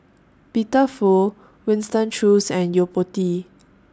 Peter Fu Winston Choos and Yo Po Tee